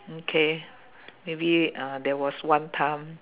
okay maybe uh there was one time